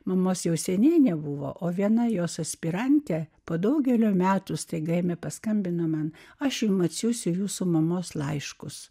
mamos jau seniai nebuvo o viena jos aspirantė po daugelio metų staiga ėmė paskambino man aš jums atsiųsiu jūsų mamos laiškus